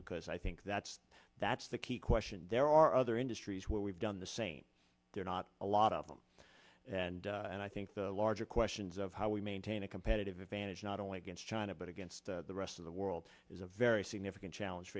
because i think that's that's the key question there are other industries where we've done the same there not a lot of them and and i think the larger questions of how we maintain a competitive advantage not only against china but against the rest of the world is a very significant challenge